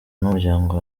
n’umuryango